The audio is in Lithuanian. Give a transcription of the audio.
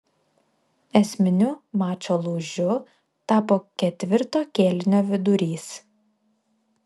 esminiu mačo lūžiu tapo ketvirto kėlinio vidurys